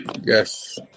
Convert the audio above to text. Yes